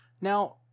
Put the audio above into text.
Now